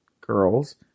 girls